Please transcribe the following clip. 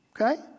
Okay